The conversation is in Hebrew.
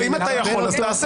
אם אתה יכול, אז תעשה.